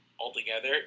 altogether